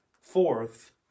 Fourth